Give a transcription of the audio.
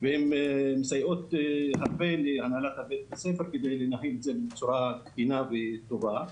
וגם מסייע לבית הספר לנהל את הדברים בצורה תקינה וטובה.